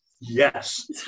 yes